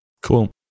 cool